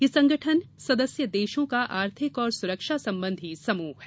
यह संगठन सदस्य देशों का आर्थिक और सुरक्षा संबंधी समूह है